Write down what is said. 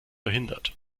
verhindert